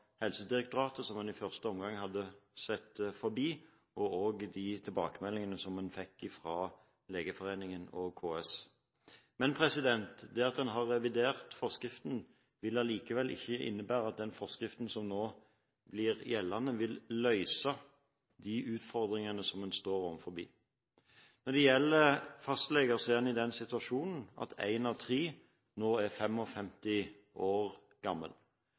Helsedirektoratet – og som en i første omgang hadde sett forbi – og også med de tilbakemeldingene en fikk fra Legeforeningen og KS. Det at en har revidert forskriften, vil allikevel ikke innebære at den forskriften som nå blir gjeldende, vil løse de utfordringene en står overfor. Når det gjelder fastleger, er en i den situasjonen at en av tre er over 55 år.